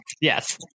Yes